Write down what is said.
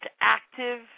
active